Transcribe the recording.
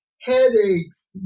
headaches